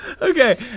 Okay